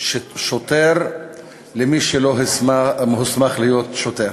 של שוטר למי שלא הוסמך להיות שוטר.